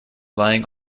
lying